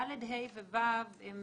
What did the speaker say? סעיפים (ד), (ה) ו-(ו) הם